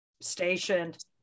stationed